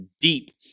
deep